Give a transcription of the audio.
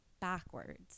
backwards